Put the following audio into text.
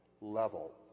level